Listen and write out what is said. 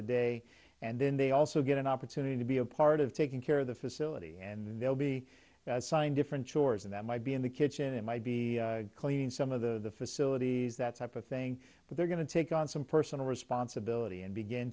the day and then they also get an opportunity to be a part of taking care of the facility and they'll be assigned different chores and that might be in the kitchen it might be clean some of the facilities that type of thing but they're going to take on some personal responsibility and begin